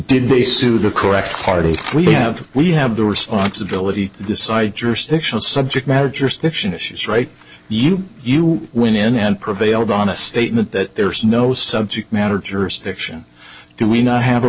did they sue the correct party we have we have the responsibility to decide jurisdictional subject matter jurisdiction issues right you know you went in and prevailed on a statement that there is no subject matter jurisdiction and we now have a